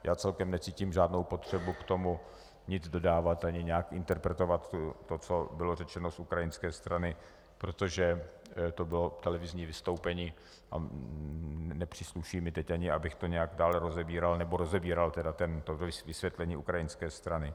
Já celkem necítím žádnou potřebu k tomu nic dodávat ani nějak interpretovat to, co bylo řečeno z ukrajinské strany, protože to bylo televizní vystoupení a nepřísluší mi, abych to nějak dál rozebíral, nebo rozebíral vysvětlení ukrajinské strany.